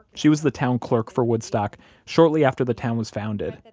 she was the town clerk for woodstock shortly after the town was founded.